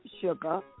sugar